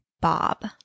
Bob